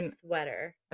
sweater